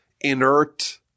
inert